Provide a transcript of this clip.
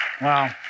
Wow